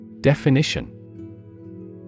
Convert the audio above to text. Definition